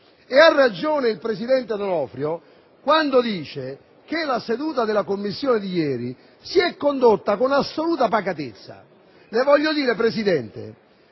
Ha ragione il presidente D'Onofrio quando dice che la seduta della Commissione di ieri si è svolta in un clima di assoluta pacatezza. Le voglio dire, Presidente,